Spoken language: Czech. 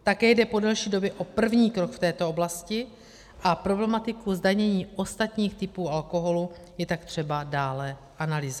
Také jde po delší době o první krok v této oblasti a problematiku zdanění ostatních typů alkoholu je tak třeba dále analyzovat.